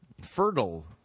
fertile